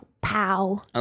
pow